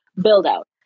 build-out